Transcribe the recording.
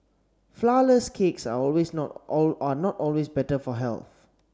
flourless cakes are always not are not always better for health